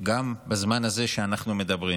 גם בזמן הזה שאנחנו מדברים.